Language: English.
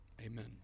Amen